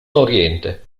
oriente